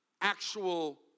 actual